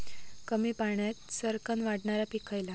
कमी पाण्यात सरक्कन वाढणारा पीक खयला?